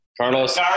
Carlos